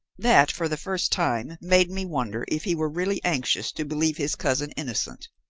that, for the first time, made me wonder if he were really anxious to believe his cousin innocent.